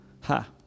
Ha